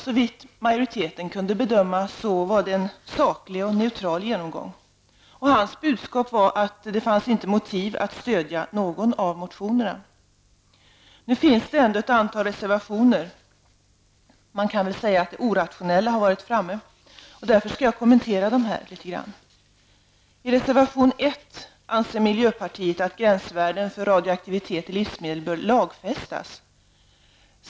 Såvitt majoriteten kunde bedöma var det en saklig och neutral genomgång. Hans budskap var att det inte fanns motiv för att stödja någon av motionerna. Nu finns det ändå ett antal reservationer. Man kan väl säga att det orationella har varit framme. Jag skall kommentera reservationerna litet grand. I reservation 1 anser miljöpartiet att gränsvärden för radioaktivitet i livsmedel bör lagfästas.